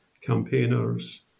campaigners